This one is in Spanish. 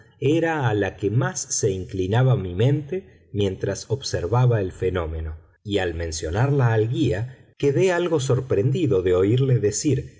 era a la que más se inclinaba mi mente mientras observaba el fenómeno y al mencionarla al guía quedé algo sorprendido de oírle decir